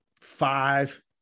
five